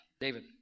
David